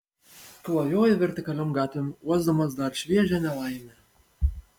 klajoju vertikaliom gatvėm uosdamas dar šviežią nelaimę